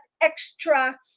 extra